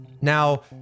Now